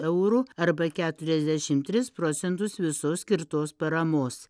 eurų arba keturiasdešim tris procentus visos skirtos paramos